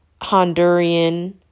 Honduran